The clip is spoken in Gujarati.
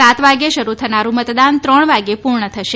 સાત વાગે શરૂ થનારૂ મતદાન ત્રણ વાગ્યે પૂર્ણ થશે